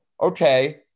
Okay